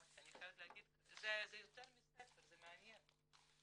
אני חייבת להגיד, זה יותר מספר, זה מעניין.